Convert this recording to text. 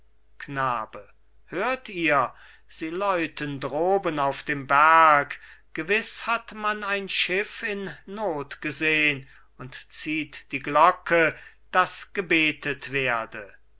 knabe hört ihr sie läuten droben auf dem berg gewiss hat man ein schiff in not gesehen und zieht die glocke dass gebetet werde